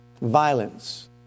violence